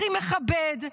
הכי מכבד,